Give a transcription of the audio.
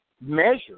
measure